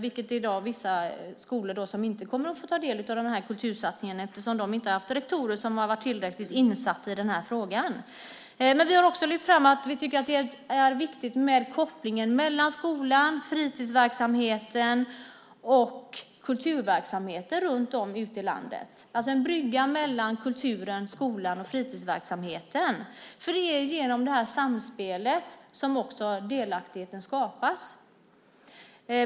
Nu är det vissa skolor som inte kommer att få ta del av den här kultursatsningen eftersom de inte har haft rektorer som har varit tillräckligt insatta i frågan. Vi har också lyft fram att vi tycker att det är viktigt med kopplingen mellan skolan, fritidsverksamheten och kulturverksamheter runt om ute i landet, alltså en brygga mellan kulturen, skolan och fritidsverksamheten. Det är genom det här samspelet som delaktigheten skapas.